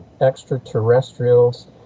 extraterrestrials